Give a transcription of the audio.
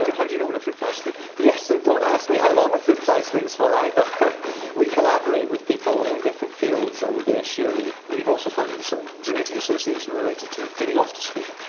how do you know when a fruitfly is sleeping? yes, and don't ask me how long a fruitfly sleeps for either! we collaborate with people in different fields, and they assure me. and you've also found some genetic association related to getting off to sleep.